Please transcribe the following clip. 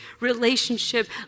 relationship